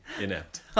inept